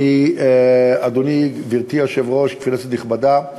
אדוני היושב-ראש, כנסת נכבדה,